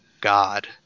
god